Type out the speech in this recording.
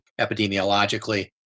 epidemiologically